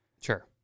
sure